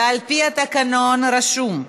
ועל-פי התקנון רשום: